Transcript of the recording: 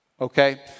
Okay